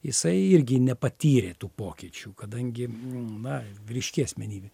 jisai irgi nepatyrė tų pokyčių kadangi na ryški asmenybė